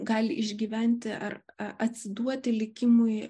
gali išgyventi ar atsiduoti likimui